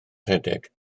rhedeg